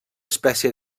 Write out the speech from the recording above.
espècie